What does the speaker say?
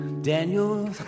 Daniel